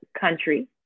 country